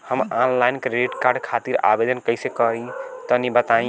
हम online credit card खातिर आवेदन कइसे करि तनि बताई?